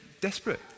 desperate